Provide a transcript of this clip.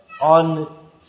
on